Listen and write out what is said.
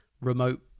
remote